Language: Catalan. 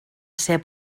ser